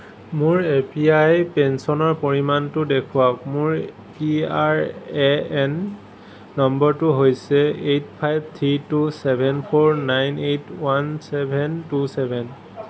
মোৰ A P I পেঞ্চনৰ পৰিমাণটো দেখুৱাওক মোৰ পি আৰ এ এন নম্বৰটো হৈছে eight five three two seven four nine eight one seven two seven